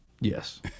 Yes